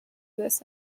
this